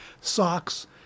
socks